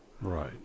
Right